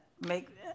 make